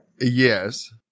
Yes